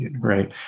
right